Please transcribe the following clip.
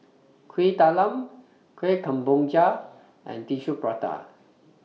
Kuih Talam Kueh Kemboja and Tissue Prata